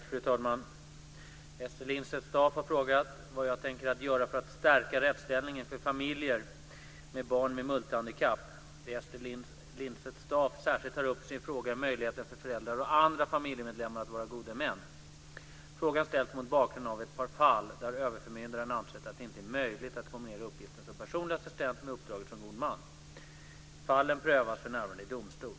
Fru talman! Ester Lindstedt-Staaf har frågat vad jag tänker att göra för att stärka rättsställningen för familjer med barn med multihandikapp. Det Ester Lindstedt-Staaf särskilt tar upp i sin fråga är möjligheten för föräldrar och andra familjemedlemmar att vara gode män. Frågan ställs mot bakgrund av ett par fall där överförmyndaren ansett att det inte är möjligt att kombinera uppgiften som personlig assistent med uppdraget som god man. Fallen prövas för närvarande i domstol.